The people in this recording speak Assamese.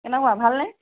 কেনেকুৱা ভালনে